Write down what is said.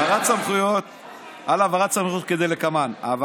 על העברת סמכויות כדלקמן: א.